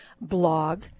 blog